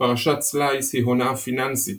פרשת סלייס היא הונאת פיננסית